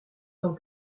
tant